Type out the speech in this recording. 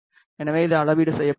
எனவே இது அளவீடு செய்யப்படுகிறது